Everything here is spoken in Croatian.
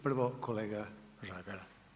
Prvo kolega Žagar.